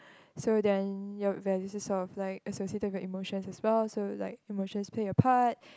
so then your values is sort of like associated with your emotions as well so like emotions play a part